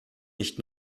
nicht